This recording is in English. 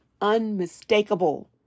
unmistakable